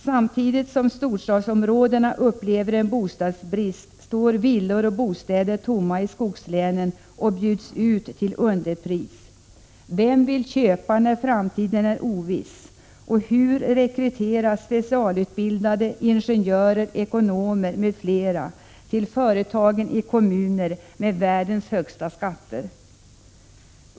Samtidigt som storstadsområdena upplever en bostadsbrist står villor och bostäder tomma i skogslänen och bjuds ut till underpris. Vem vill köpa när framtiden är oviss? Och hur skall man kunna rekrytera specialutbildade ingenjörer och ekonomer m.fl. till företag i kommuner med världens högsta skatter?